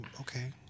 okay